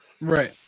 Right